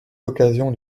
l’occasion